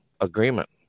agreement